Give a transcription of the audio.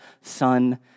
Son